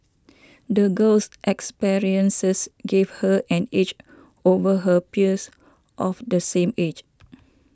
the girl's experiences gave her an edge over her peers of the same age